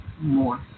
more